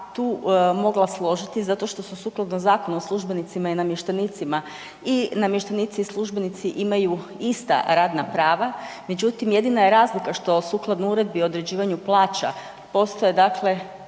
tu mogla složiti zato što su sukladno Zakonu o službenicima i namještenicima i namještenici i službenici imaju ista radna prava, međutim jedina je razlika što sukladno Uredbi o određivanju plaća postoje dakle